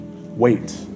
Wait